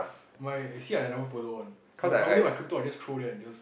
my see I never follow one normally my crypto I just throw there and just